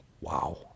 wow